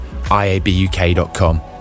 iabuk.com